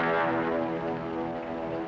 no